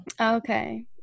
Okay